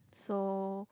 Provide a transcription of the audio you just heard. so